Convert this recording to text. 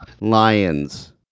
lions